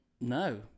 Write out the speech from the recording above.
No